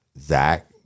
Zach